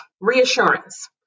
reassurance